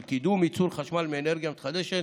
של קידום ייצור חשמל מאנרגיה מתחדשת